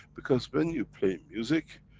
because when you play music,